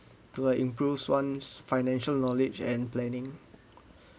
to uh improves one's financial knowledge and planning